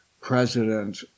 President